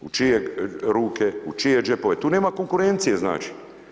U čije ruke, u čije džepove, tu nema konkurencije znači.